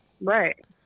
Right